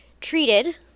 treated